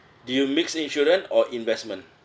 do you mix insurance or investment